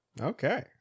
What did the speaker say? Okay